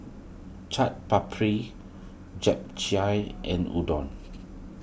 Chaat Papri Japchae and Udon